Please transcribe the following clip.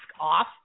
off